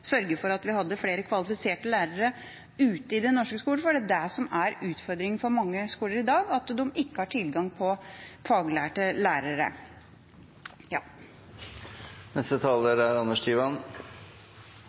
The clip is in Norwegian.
sørge for at vi har flere kvalifiserte lærere ute i den norske skolen, for det er det som er utfordringen for mange skoler i dag, at de ikke har tilgang på faglærte lærere.